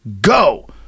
go